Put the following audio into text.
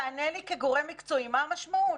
תענה לי כגורם מקצועי מה המשמעות,